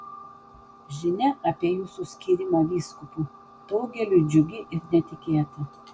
žinia apie jūsų skyrimą vyskupu daugeliui džiugi ir netikėta